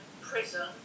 prison